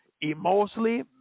emotionally